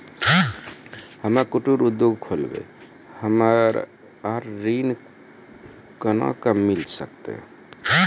हम्मे कुटीर उद्योग खोलबै हमरा ऋण कोना के मिल सकत?